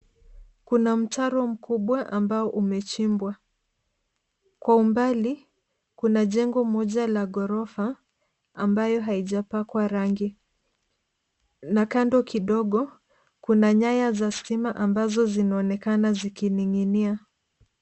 Kuna mtaro mkubwa ambao umechimbwa. Kwa umbali, kuna jengo moja la ghorofa ambalo halijapakwa rangi. Na kando kidogo, kuna nyaya za simu ambazo zinazoonekana zikining'inia.